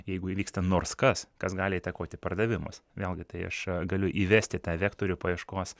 jeigu įvyksta nors kas kas gali įtakoti pardavimus vėlgi tai aš galiu įvesti tą vektorių paieškos